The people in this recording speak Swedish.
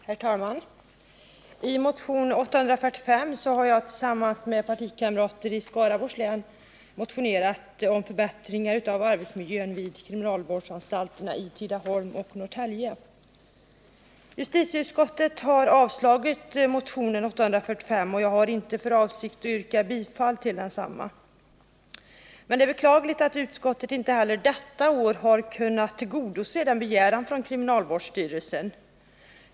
Herr talman! I motion 845 har jag tillsammans med partikamrater i Skaraborgs län motionerat om förbättringar av arbetsmiljön vid kriminalvårdsanstalterna i Tidaholm och Norrtälje. Justitieutskottet har avstyrkt motion 845, och jag har därför inte för avsikt att yrka bifall till den. Det är beklagligt att utskottet inte heller detta år har kunnat tillgodose denna begäran från kriminalvårdsstyrelsen.